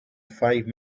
five